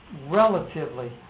relatively